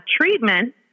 treatment